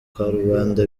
karubanda